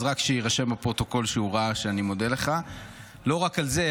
אז רק שיירשם בפרוטוקול שהוא ראה שאני מודה לך לא רק על זה,